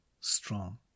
strong